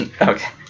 Okay